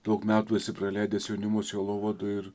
daug metų esi praleidęs jaunimo sielovadoj ir